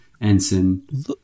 ensign